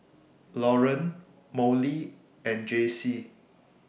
Loren Mollie and Jaycee